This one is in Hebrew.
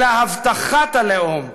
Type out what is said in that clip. אלא הבטחת הלאום.